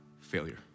failure